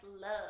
love